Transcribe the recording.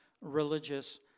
religious